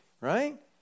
right